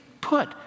put